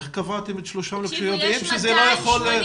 איך קבעתם את הסכום הזה כשאתם יודעים שזה לא יכול לכסות?